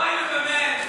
אוי, נו, באמת.